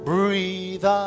Breathe